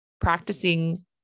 practicing